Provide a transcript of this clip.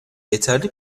yeterli